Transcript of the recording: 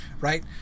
right